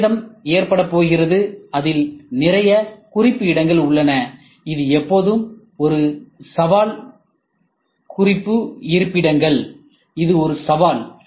ஒரு சேதம் ஏற்படப்போகிறது அதில் நிறைய குறிப்பு இடங்கள் உள்ளன இது எப்போதும் ஒரு சவால் குறிப்பு இருப்பிடங்கள் இது ஒரு சவால்